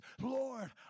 Lord